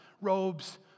Robes